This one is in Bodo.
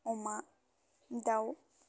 अमा दाव